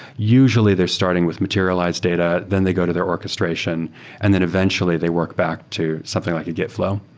usually they're starting with materialized data then they go to their orchestration and then eventually they work back to something like a gitflow.